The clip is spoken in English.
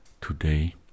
today